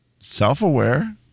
self-aware